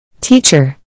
Teacher